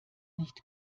nicht